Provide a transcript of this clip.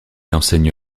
enseigne